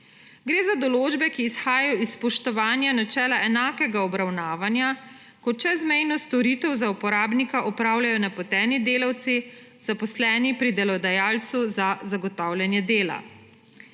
Gre za določbe, ki izhajajo iz spoštovanja načela enakega obravnavanja, ko čezmejno storitev za uporabnika opravljajo napoteni delavci, zaposleni pri delodajalcu za zagotavljanje dela.